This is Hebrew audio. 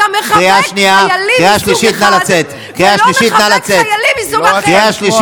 שאתה מחבק חיילים מסוג אחד, קריאה שנייה.